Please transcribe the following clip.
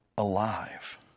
Alive